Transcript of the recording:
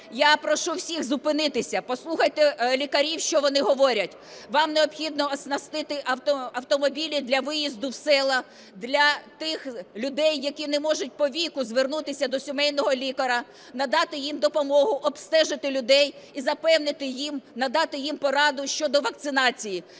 Я прошу всіх зупинитися, послухайте лікарів, що вони говорять. Вам необхідно оснастити автомобілі для виїзду в села, для тих людей, які не можуть по віку звернутися до сімейного лікаря, надати їм допомогу, обстежити людей і запевнити їх, надати їм пораду щодо вакцинації.